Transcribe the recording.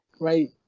Right